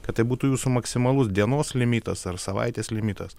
kad tai būtų jūsų maksimalus dienos limitas ar savaitės limitas